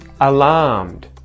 Alarmed